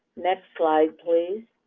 next slide please.